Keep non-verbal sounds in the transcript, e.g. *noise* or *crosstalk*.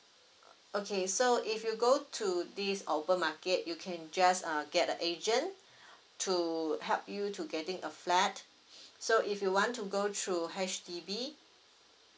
okay so if you go to this open market you can just uh get a agent *breath* to help you to getting a flat *breath* so if you want to go through H_D_B